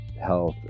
health